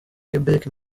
quebec